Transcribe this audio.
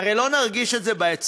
הרי לא נרגיש את זה באצטבאות.